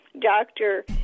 doctor